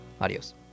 Adios